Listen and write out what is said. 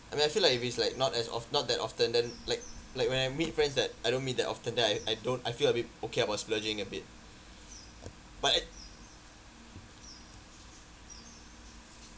I mean I feel like if it's like not as of~ not that often then like like when I meet friends that I don't meet that often then I I don't I feel a bit okay about splurging a bit but uh